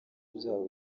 byabo